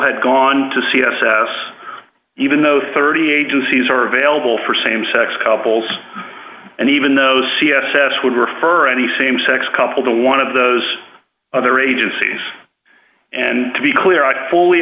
had gone to c s s even though thirty agencies are available for same sex couples and even those c s s would refer any same sex couple to one of those other agencies and to be clear i fully